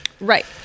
Right